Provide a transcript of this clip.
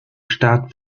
staat